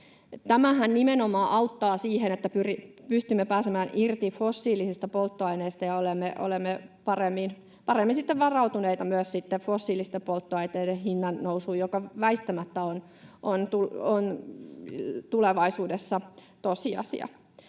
nimenomaan siinä, että pystymme pääsemään irti fossiilisista polttoaineista ja olemme sitten paremmin varautuneita myös fossiilisten polttoaineiden hinnannousuun, joka väistämättä on tulevaisuudessa tosiasia.